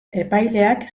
epaileak